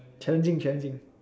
challenging challenging